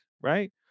right